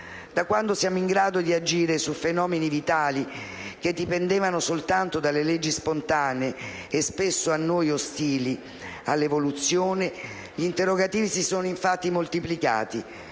Da quando siamo in grado di agire su fenomeni vitali che dipendevano soltanto dalle leggi spontanee, e spesso a noi ostili all'evoluzione, gli interrogativi si sono infatti moltiplicati.